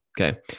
Okay